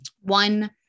one